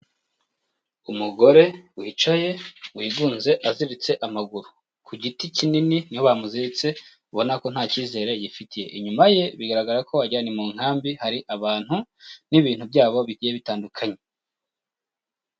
Umugore wicaye wigunze aziritse amaguru. Ku giti kinini ni ho bamuziritse ubona ko nta cyizere yifitiye. Inyuma ye bigaragara ko wagira ngo ni mu nkambi, hari abantu n'ibintu byabo bigiye bitandukanye.